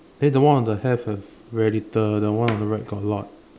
then the one on the left have very little the one on the right got a lot